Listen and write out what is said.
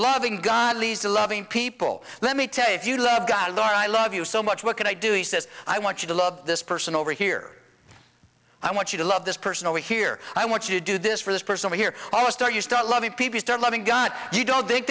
loving god lisa loving people let me tell you if you love god or i love you so much what can i do it says i want you to love this person over here i want you to love this person over here i want you to do this for this person here almost all you start loving people start loving god you don't think